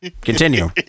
Continue